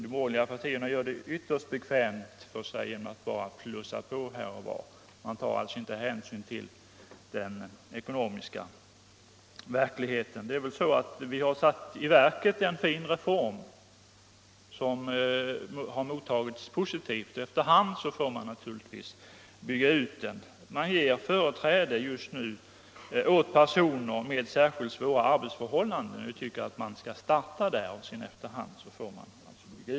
De borgerliga partierna gör det ytterst bekvämt för sig genom att bara plussa på här och var — de tar alltså inte hänsyn till den ekonomiska verkligheten. Vi har satt i verket en fin reform, som har mottagits positivt, och efter hand får vi naturligtvis bygga ut den. Just nu ges företräde åt personer med särskilt svåra arbetsförhållanden. Vi tycker att man bör starta där och sedan bygga ut reformen.